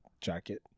jacket